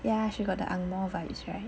ya she got the ang moh voice right